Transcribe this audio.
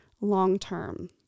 long-term